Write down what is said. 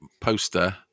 poster